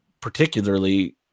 particularly